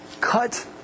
cut